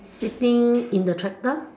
sitting in the tractor